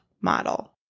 model